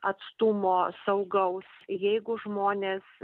atstumo saugaus jeigu žmonės